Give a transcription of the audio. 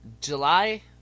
July